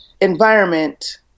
environment